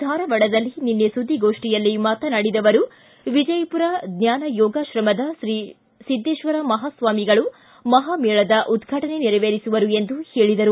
ಧಾರವಾಡದಲ್ಲಿ ನಿನ್ನೆ ಸುದ್ದಿಗೋಷ್ಠಿಯಲ್ಲಿ ಮಾತನಾಡಿದ ಅವರು ವಿಜಯಪುರ ಜ್ಞಾನ ಯೋಗಾಶ್ರಮದ ಶ್ರೀ ಸಿದ್ದೇಶ್ವರ ಮಹಾಸ್ವಾಮಿಗಳು ಮಹಾಮೇಳದ ಉದ್ವಾಟನೆ ನೆರವೆರಿಸುವರು ಎಂದು ಹೇಳಿದರು